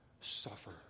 suffer